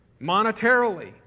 monetarily